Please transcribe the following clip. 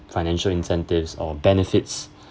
financial incentives or benefits